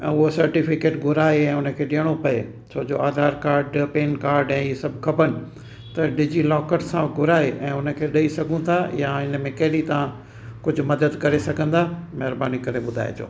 ऐं उहो सर्टीफिकेट घुराए हुनखे ॾियणो पिए छो जो आधार काड पेन काड ऐं इहे सभु खपेनि त डिजीलॉकर सां घुराए ऐं हुनखे ॾेई सघूं था या हिन में कहिड़ी तव्हां कुझु मदद करे सघंदा महिरबानी करे ॿुधाइजो